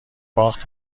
باخت